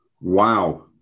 Wow